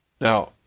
Now